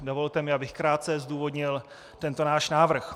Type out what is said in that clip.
Dovolte mi, abych krátce zdůvodnil tento náš návrh.